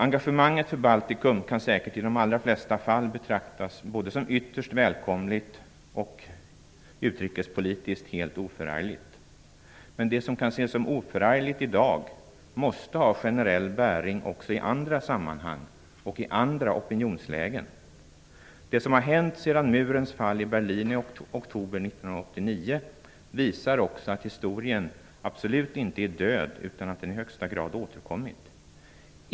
Engagemanget för Baltikum kan säkert i de allra flesta fall betraktas som ytterst välkommet och utrikespolitiskt helt oförargligt. Men det som kan ses som oförargligt i dag måste ha generell bäring också i andra sammanhang och i andra opinionslägen. Det som har hänt sedan murens fall i Berlin i oktober 1989 visar också att historien inte är död utan att den i högsta grad har återkommit.